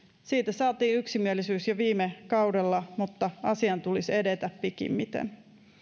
saatiin yksimielisyys jo viime kaudella mutta asian tulisi edetä pikimmiten